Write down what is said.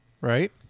right